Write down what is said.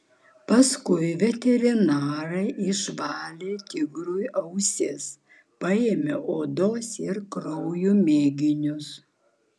paskui veterinarai išvalė tigrui ausis paėmė odos ir kraujo mėginius